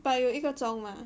but 有一个钟吗